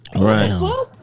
Right